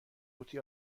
قوطی